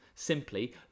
Simply